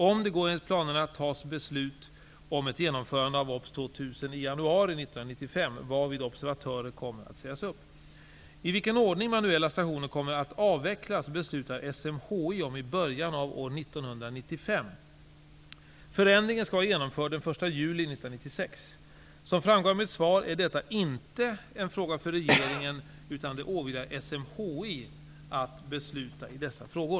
Om det går enligt planerna tas beslut om ett genomförande av OBS 2000 i januari 1995, varvid observatörer kommer att sägas upp. I vilken ordning manuella stationer kommer att avvecklas beslutar SMHI om i början av år 1995. Som framgår av mitt svar är detta inte en fråga för regeringen utan det åvilar SMHI att besluta i dessa frågor.